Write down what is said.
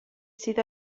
sydd